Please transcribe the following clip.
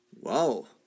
Whoa